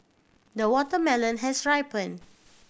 the watermelon has ripen